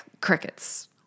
crickets